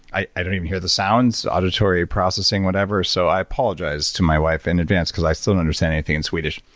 i i don't even hear the sounds, auditory processing, whatever so i apologize to my wife in advance because i still don't and understand anything in swedish.